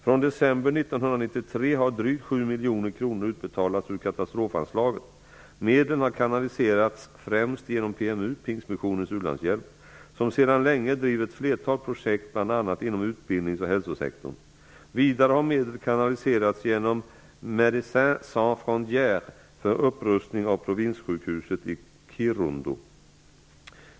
Från december 1993 har drygt 7 miljoner kronor utbetalats ur katastrofanslaget. Medlen har kanaliserats främst genom PMU, Pingstmissionens u-landshjälp, som sedan länge driver ett flertal projekt bl.a. inom utbildnings och hälsosektorn. Vidare har medel kanaliserats genom Medicins sans Frontières för upprustning av provinssjukhuset i Kirundu.